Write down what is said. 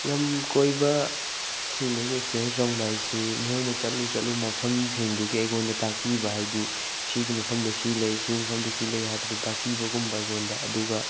ꯂꯝ ꯀꯣꯏꯕꯁꯤꯡꯗꯒꯤ ꯑꯦꯛꯁꯄꯤꯔꯤꯌꯦꯟꯁ ꯐꯪꯕ ꯍꯥꯏꯁꯤ ꯃꯈꯣꯏꯅ ꯆꯠꯂꯨ ꯆꯠꯂꯨꯕ ꯃꯐꯝꯁꯤꯡꯗꯨꯒꯤ ꯑꯩꯉꯣꯟꯗ ꯇꯥꯛꯄꯤꯕ ꯍꯥꯏꯕꯗꯤ ꯁꯤꯒꯤ ꯃꯐꯝꯗ ꯁꯤ ꯂꯩ ꯁꯤꯒꯤ ꯃꯐꯝꯗ ꯁꯤ ꯂꯩ ꯍꯥꯏꯕꯗꯨ ꯇꯥꯛꯄꯤꯕꯒꯨꯝꯕ ꯑꯩꯉꯣꯟꯗ ꯑꯗꯨꯒ